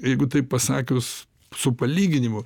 jeigu taip pasakius su palyginimu